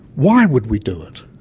why would we do it?